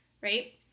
Right